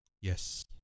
yes